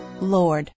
Lord